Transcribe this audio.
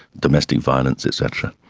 domestic violence et cetera,